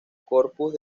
corpus